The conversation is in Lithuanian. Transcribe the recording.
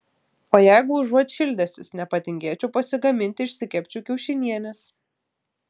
o jeigu užuot šildęsis nepatingėčiau pasigaminti išsikepčiau kiaušinienės